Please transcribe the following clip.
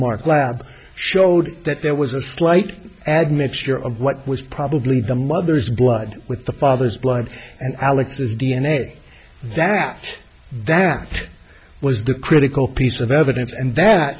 cellmark lab showed that there was a slight admixture of what was probably the mother's blood with the father's blood and alex's d n a that that was the critical piece of evidence and that